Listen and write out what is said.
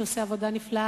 שעושה עבודה נפלאה,